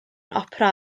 opera